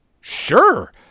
Sure